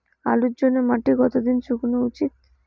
আলুর জন্যে মাটি কতো দিন শুকনো উচিৎ?